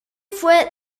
fue